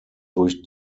durch